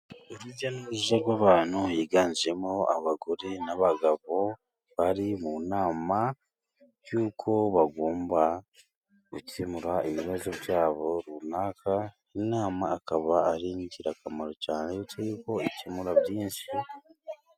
Urujya n'uruza rw'abantu, higanjemo abagore n'abagabo, bari mu nama y'uko bagomba gukemura ibibazo byabo runaka, inama ikaba ari ingirakamaro cyane, kuko ikemura byinshi.